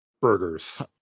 burgers